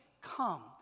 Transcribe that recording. come